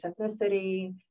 ethnicity